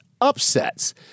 upsets